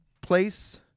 place